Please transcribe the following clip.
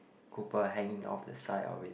cooper hanging off the side of it